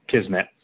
kismet